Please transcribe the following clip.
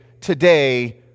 today